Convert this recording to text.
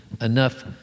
enough